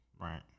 Right